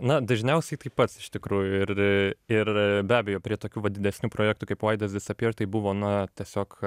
na dažniausiai tai pats iš tikrųjų ir ir be abejo prie tokių va didesnių projektų kaip why does this apear tai buvo na tiesiog